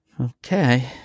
Okay